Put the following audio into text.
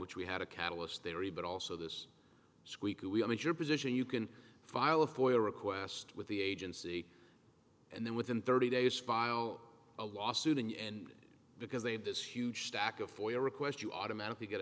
which we had a catalyst theory but also this squeaky wheel means your position you can file a foil request with the agency and then within thirty days file a lawsuit and because they have this huge stack of for your request you automatically get